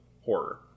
horror